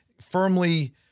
firmly